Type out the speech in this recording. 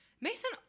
Mason